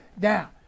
Now